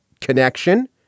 connection